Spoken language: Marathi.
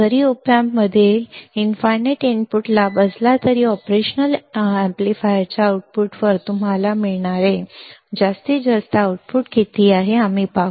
जरी op amp मध्ये असीम इनपुट लाभ असला तरी ऑपरेशनल अॅम्प्लीफायरच्या आउटपुटवर तुम्हाला मिळणारे जास्तीत जास्त आउटपुट किती आहे आम्ही पाहू